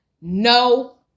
no